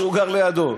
שהוא גר לידו,